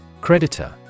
creditor